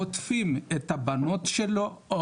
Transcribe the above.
חוטפים את הבנות שלו,